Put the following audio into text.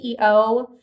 CEO